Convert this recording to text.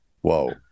Whoa